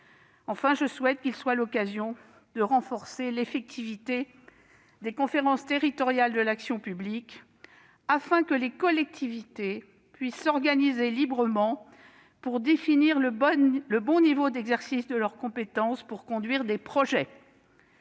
Enfin, je souhaite qu'il soit l'occasion de renforcer l'effectivité des conférences territoriales de l'action publique, afin que les collectivités puissent s'organiser librement et définir le bon niveau d'exercice de leurs compétences pour conduire des projets.